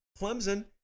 Clemson